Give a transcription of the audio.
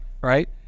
right